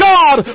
God